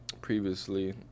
previously